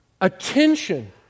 attention